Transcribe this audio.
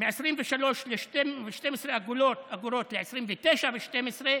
מ-23.12 ל-29.12 שקל,